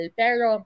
pero